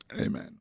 Amen